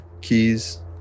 keys